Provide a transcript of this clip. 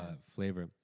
flavor